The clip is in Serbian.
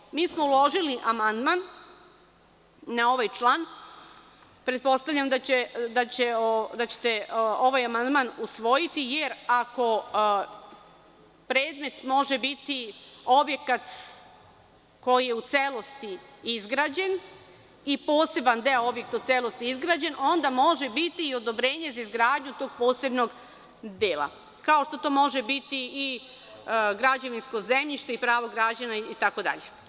Dakle, mi smo uložili amandman na ovaj član i pretpostavljam da ćete ovaj amandman usvojiti, jer ako predmet može biti objekat koji je u celosti izgrađen i poseban deo objekta u celosti izgrađen, onda može biti i odobrenje za izgradnju tog posebnog dela, kao što to može biti i građevinsko zemljište, pravo građana itd.